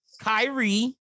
Kyrie